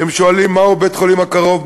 הם שואלים מהו בית-החולים הקרוב,